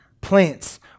plants